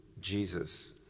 Jesus